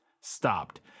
stopped